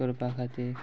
करपा खातीर